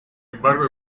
embargo